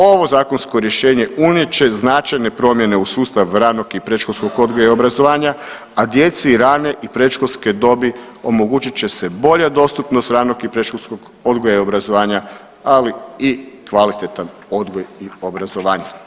Ovo zakonsko rješenje unijet će značajne promjene u sustav ranog i predškolskog odgoja i obrazovanja, a djeci rane i predškolske dobi omogućit će se bolja dostupnost ranog i predškolskog odgoja i obrazovanja, ali i kvalitetan odgoj i obrazovanje.